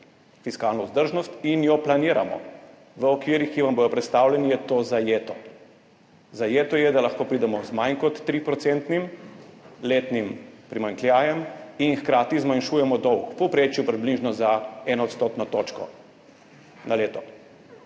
fiskalno vzdržnost, in jo planiramo, v okvirih, ki vam bodo predstavljeni, je to zajeto. Zajeto je, da lahko pridemo z manj kot 3 % letnim primanjkljajem in hkrati zmanjšujemo dolg, v povprečju približno za eno odstotno točko na leto.